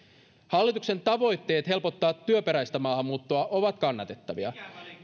hallituksen tavoitteet helpottaa työperäistä maahanmuuttoa ovat kannatettavia